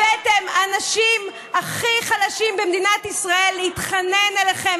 הבאתם את האנשים הכי חלשים במדינת ישראל להתחנן אליכם.